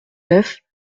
neuf